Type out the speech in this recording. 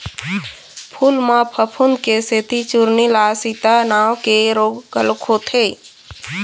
फूल म फफूंद के सेती चूर्निल आसिता नांव के रोग घलोक होथे